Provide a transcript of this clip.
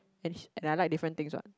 and I like different thing what